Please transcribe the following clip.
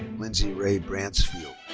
lindsey rae bransfield.